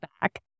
back